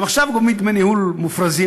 גם עכשיו גובים דמי ניהול מופרזים